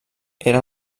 era